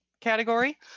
category